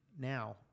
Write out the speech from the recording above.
Now